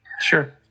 Sure